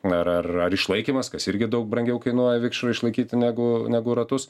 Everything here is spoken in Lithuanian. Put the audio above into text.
ar ar ar išlaikymas kas irgi daug brangiau kainuoja vikšrui išlaikyti negu negu ratus